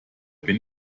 bin